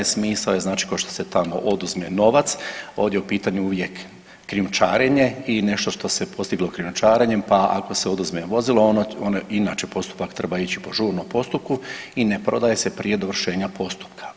Smisao je znači košto se tamo oduzme novac ovdje je u pitanju uvijek krijumčarenje i nešto što se postiglo krijumčarenjem, pa ako se oduzme vozilo onda inače postupak treba ići po žurnom postupku i ne prodaje se prije dovršenja postupka.